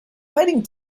hiding